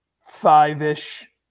five-ish